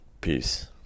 Peace